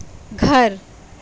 گھر